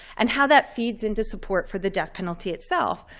and how that feeds into support for the death penalty itself.